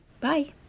Bye